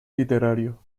literario